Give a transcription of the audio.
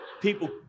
People